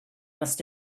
must